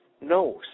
no